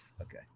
okay